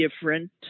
different